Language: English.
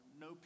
No